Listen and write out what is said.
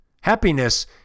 Happiness